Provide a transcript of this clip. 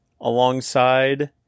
alongside